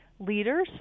leaders